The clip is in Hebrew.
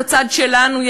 בצד שלנו,